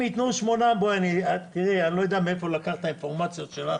אני לא יודע מאיפה לקחת את האינפורמציה.